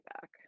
back